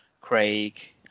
Craig